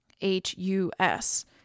H-U-S